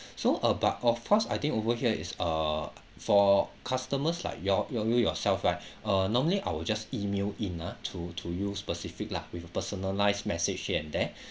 so uh but of course I think over here is uh for customers like your you're new yourself right uh normally I will just email in ah to to use specific lah with a personalized message here and there